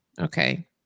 Okay